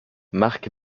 marc